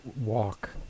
walk